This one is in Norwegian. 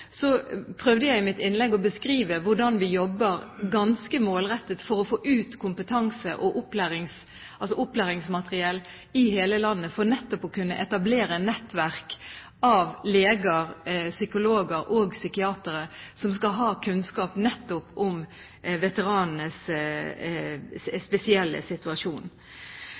prøvde jeg i mitt innlegg å beskrive hvordan vi jobber ganske målrettet for å få ut kompetanse og opplæringsmateriell i hele landet for nettopp å kunne etablere nettverk av leger, psykologer og psykiatere som skal ha kunnskap nettopp om veteranenes spesielle situasjon.